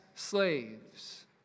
Slaves